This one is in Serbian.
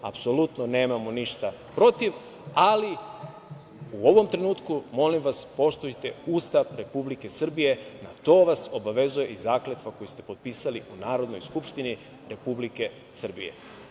Apsolutno nemamo ništa protiv, ali u ovom trenutku molim vas poštujte Ustav Republike Srbije, na to vas obavezuje i zakletva koju ste potpisali u Narodnoj skupštini Republike Srbije.